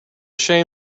shame